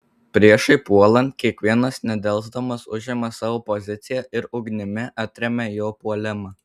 priešui puolant kiekvienas nedelsdamas užima savo poziciją ir ugnimi atremia jo puolimą